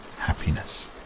happiness